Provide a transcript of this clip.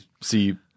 see-